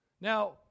Now